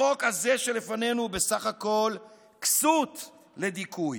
החוק הזה שלפנינו הוא בסך הכול כסות לדיכוי,